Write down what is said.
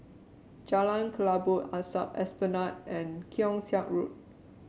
Jalan Kelabu Asap Esplanade and Keong Saik Road